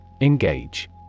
Engage